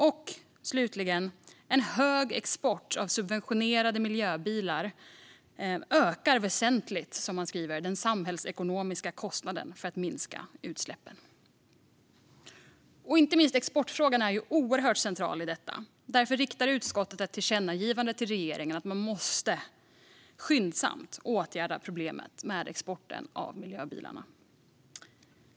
Och, slutligen, en hög export av subventionerade miljöbilar ökar väsentligt, skriver man, den samhällsekonomiska kostnaden för att minska utsläppen. Inte minst exportfrågan är oerhört central. Därför riktar utskottet ett tillkännagivande till regeringen om att man skyndsamt måste åtgärda problemet med exporten av miljöbilarna.